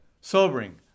sobering